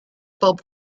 bob